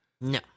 No